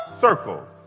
circles